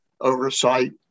oversight